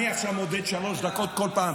אני עכשיו מודד שלוש דקות כל פעם,